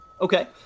Okay